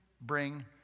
bring